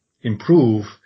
improve